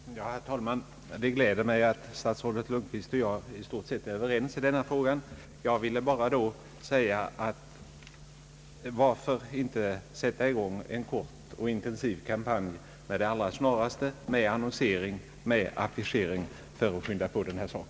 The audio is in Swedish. Herr talman! Det gläder mig att statsrådet Lundkvist och jag i stort sett är överens i denna fråga. Men varför sätter man då inte i gång en kort och intensiv kampanj med det allra snaraste, med annonsering och med affischering för att skynda på denna sak?